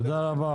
תודה לך.